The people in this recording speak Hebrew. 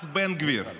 מס בן גביר.